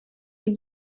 des